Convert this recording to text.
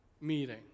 meeting